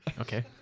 Okay